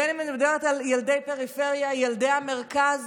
בין שאני מדברת על ילדי פריפריה, ילדי המרכז.